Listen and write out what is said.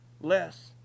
less